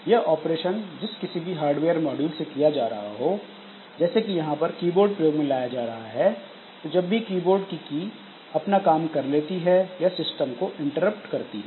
यह ऑपरेशन जिस किसी भी हार्डवेयर मॉड्यूल से किया जा रहा हो जैसे कि यहां पर कीबोर्ड प्रयोग में लाया जा रहा है तो जब भी कीबोर्ड की की अपना काम कर लेती हैं यह सिस्टम को इंटरप्ट करती है